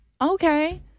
okay